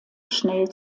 schnell